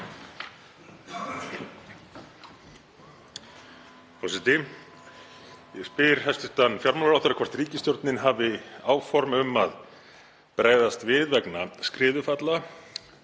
Forseti. Ég spyr hæstv. fjármálaráðherra hvort ríkisstjórnin hafi áform um að bregðast við vegna skriðufalla